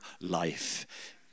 life